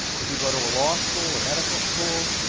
if you go to a law school, a medical school,